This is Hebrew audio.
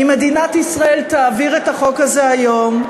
אם מדינת ישראל תעביר את החוק הזה היום,